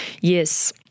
yes